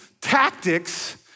tactics